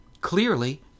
clearly